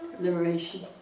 Liberation